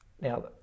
Now